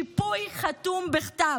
שיפוי חתום בכתב.